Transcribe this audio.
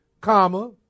comma